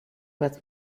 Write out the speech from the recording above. what